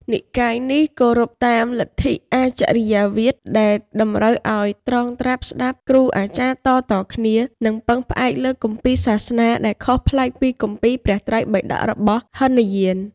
និកាយនេះគោរពតាម លទ្ធិអាចរិយវាទ ដែលតម្រូវឱ្យត្រងត្រាប់ស្តាប់គ្រូអាចារ្យតៗគ្នា និងពឹងផ្អែកលើគម្ពីរសាសនាដែលខុសប្លែកពីគម្ពីរព្រះត្រៃបិដករបស់ហីនយាន។